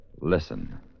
Listen